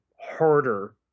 harder